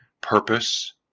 purpose